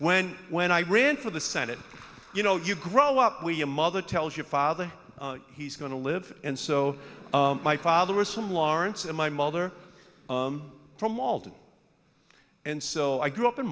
when when i ran for the senate you know you grow up where your mother tells your father he's going to live and so my father was from lawrence and my mother from malta and so i grew up in